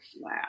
wow